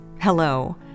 hello